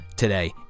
Today